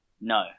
No